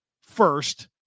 first